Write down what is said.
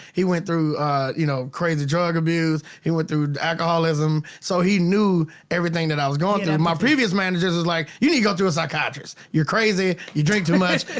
he went through you know crazy drug abuse, he went through alcoholism, so he knew everything that i was going and um ah previous managers is like you need to go to a psychiatrist. you're crazy, you drink too much,